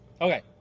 okay